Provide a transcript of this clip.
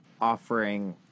offering